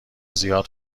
زیاد